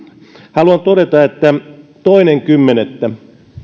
haluan todeta että toinen kymmenettä